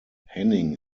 henning